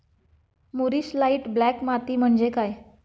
मूरिश light black माती म्हणजे काय?